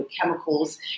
chemicals